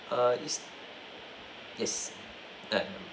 err yes yes that